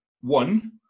one